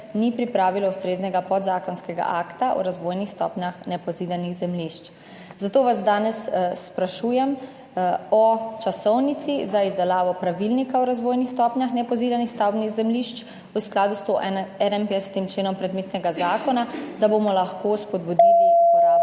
ni pripravilo ustreznega podzakonskega akta o razvojnih stopnjah nepozidanih zemljišč. Zato vas danes sprašujem: Kakšna je časovnica za izdelavo Pravilnika o razvojnih stopnjah nepozidanih stavbnih zemljišč v skladu s 151. členom predmetnega zakona? To me zanima zaradi